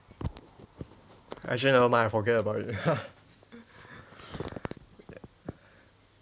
actually nevermind forget about it